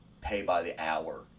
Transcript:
pay-by-the-hour